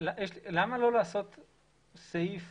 למה לא לעשות סעיף